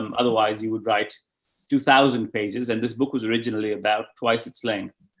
um otherwise you would write two thousand pages. and this book was originally about twice its length.